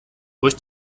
durch